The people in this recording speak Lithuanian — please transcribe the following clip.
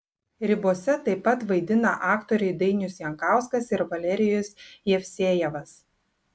ribose taip pat vaidina aktoriai dainius jankauskas ir valerijus jevsejevas